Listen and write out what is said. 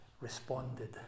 responded